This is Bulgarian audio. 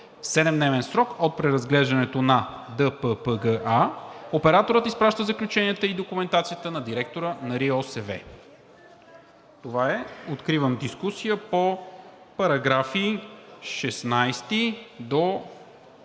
„В 7-дневен срок от преразглеждането на ДППГА операторът изпраща заключенията и документацията на директора на РИОСВ.“ Откривам дискусия по параграфи 16 до 19